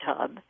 tub